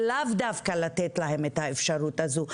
ולאו דווקא לתת להם את האפשרות הזאת.